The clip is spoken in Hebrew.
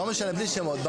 לא משנה, בלי שמות.